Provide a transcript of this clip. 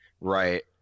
Right